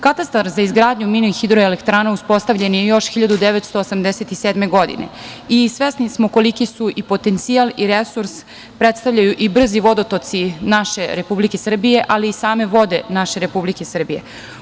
Katastar za izgradnju mini hidroelektrana uspostavljen je još 1987. godine i svesni smo koliki i potencijal i resurs predstavljaju i brzi vodotoci naše Republike Srbije, ali i same vode naše Republike Srbije.